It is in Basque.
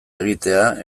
egitea